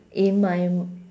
in my